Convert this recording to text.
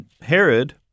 Herod